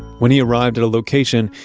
when he arrived at a location,